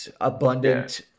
abundant